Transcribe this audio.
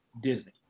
Disney